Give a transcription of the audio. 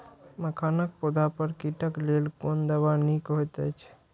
मखानक पौधा पर कीटक लेल कोन दवा निक होयत अछि?